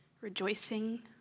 rejoicing